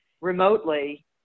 remotely